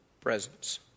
presence